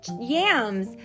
yams